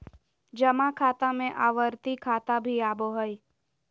जमा खाता में आवर्ती खाता भी आबो हइ